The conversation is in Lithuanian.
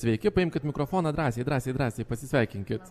sveiki paimkit mikrofoną drąsiai drąsiai drąsiai pasisveikinkit